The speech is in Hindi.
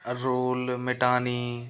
रोल मिटानी